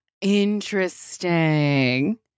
Interesting